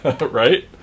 right